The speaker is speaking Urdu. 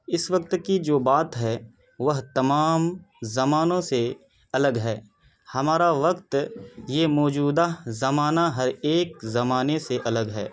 اس وقت کی جو بات ہے وہ تمام زمانوں سے الگ ہے ہمارا وقت یہ موجودہ زمانہ ہر ایک زمانے سے الگ ہے